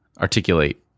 articulate